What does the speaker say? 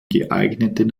geeigneten